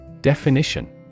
Definition